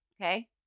okay